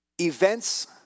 events